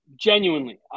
genuinely